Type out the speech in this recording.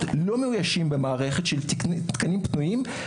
לא מאוישים במערכת של תקנים פנויים.